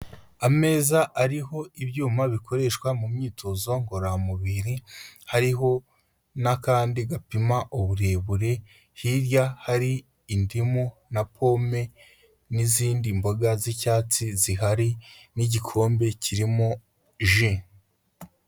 Ameza ariho ibyuma bikoreshwa mu myitozo ngororamubiri, hariho n'akandi gapima uburebure, hirya hari indimu na pome n'izindi mboga z'icyatsi zihari n'igikombe kirimo ji.